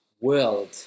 World